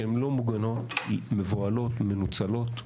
שהן לא מוגנות, מבוהלות, מנוצלות,